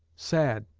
sad,